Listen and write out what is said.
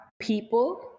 people